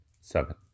seven